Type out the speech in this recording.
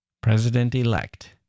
President-elect